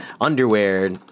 underwear